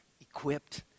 equipped